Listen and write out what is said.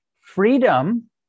freedom